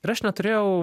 ir aš neturėjau